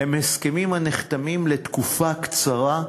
הם הסכמים הנחתמים לתקופה קצרה,